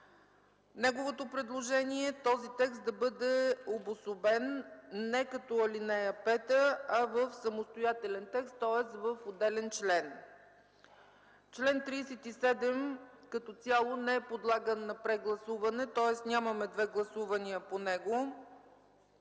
Предложението му е този текст да бъде обособен не като ал. 5, а в самостоятелен текст, тоест в отделен член. Член 37 като цяло не е подлаган на прегласуване, тоест нямаме две гласувания по него,